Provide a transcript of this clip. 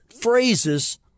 phrases